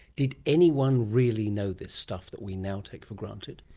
did anyone really know this stuff that we now take for granted?